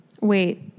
Wait